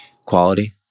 quality